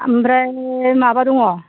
ओमफ्राय माबा दङ